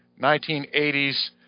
1980s